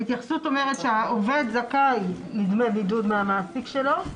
ההתייחסות אומרת שהעובד זכאי לדמי בידוד מהמעסיק שלו,